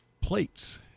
plates